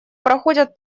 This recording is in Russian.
проходят